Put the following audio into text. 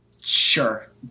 Sure